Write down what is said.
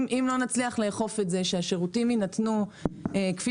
אם לא נצליח לאכוף את זה שהשירותים יינתנו כפי